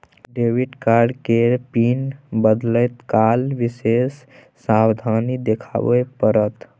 debit card केर pin बदलैत काल विशेष सावाधनी देखाबे पड़त